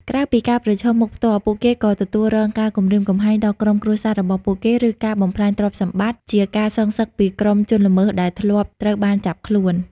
ក្រៅពីការប្រឈមមុខផ្ទាល់ ពួកគេក៏ទទួលរងការ គំរាមកំហែងដល់ក្រុមគ្រួសារ របស់ពួកគេ ឬការ បំផ្លាញទ្រព្យសម្បត្តិ ជាការសងសឹកពីក្រុមជនល្មើសដែលធ្លាប់ត្រូវបានចាប់ខ្លួន។